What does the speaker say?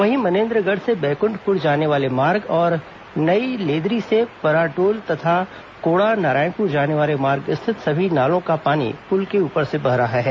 वहीं मनेन्द्रगढ़ से बैकुंठपुर जाने वाले मार्ग और नई लेदरी से पराडोल तथा कोड़ा नारायणपुर जाने वाले मार्ग पर स्थित सभी नालों का पानी पूल के ऊपर से बह रहा है